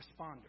Responders